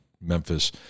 Memphis